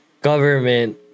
government